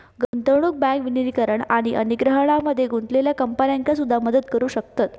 गुंतवणूक बँक विलीनीकरण आणि अधिग्रहणामध्ये गुंतलेल्या कंपन्यांका सुद्धा मदत करू शकतत